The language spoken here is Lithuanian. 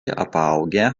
apaugę